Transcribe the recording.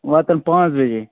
یِم واتَن پانٛژھ بَجے